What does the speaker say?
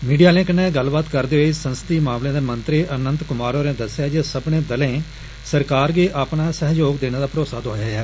media आलें कन्नै गल्लबात करदे होई संसदी मामलें दे मंत्री अनंत कुमार होरें दस्सेआ ऐ जे सब्बने दलें सरकार गी अपना सैहयोग देने दा भरोसा दोआया ऐ